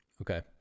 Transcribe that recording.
Okay